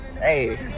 Hey